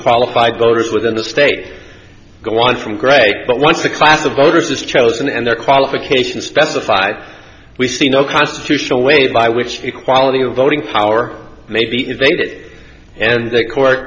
qualified voters within the state go on from great but once the class of voters is chosen and their qualifications specified we see no constitutional way by which equality of voting power may be invaded and the court